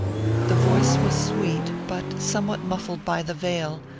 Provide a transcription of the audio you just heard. the voice was sweet, but somewhat muffled by the veil,